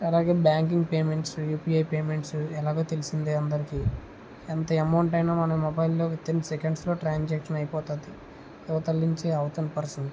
అలాగే banking payments UPI payments ఎలాగో తెలిసిందే అందరికీ ఎంత అమౌంట్ అయినా మన మొబైల్ లో విత్ ఇన్ సెకండ్స్ లో ట్రాన్సక్షన్ అయిపోతుంది ఇవతల నించి అవతలి పర్సన్ కి